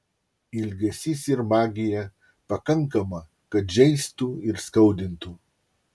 ilgesys ir magija pakankama kad žeistų ir skaudintų